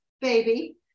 baby